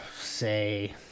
say